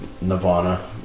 Nirvana